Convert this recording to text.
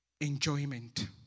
enjoyment